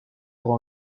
pour